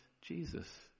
Jesus